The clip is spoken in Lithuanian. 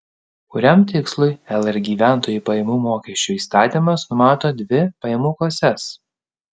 kuriam tikslui lr gyventojų pajamų mokesčio įstatymas numato dvi pajamų klases